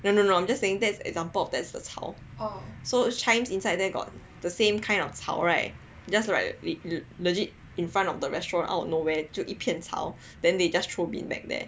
no no no I'm just saying that's example of the 草 so Chijmes inside there got the same kind of 草 right just right like legit in front of the restaurant out of nowhere to 一片草 then they just throw bean bag there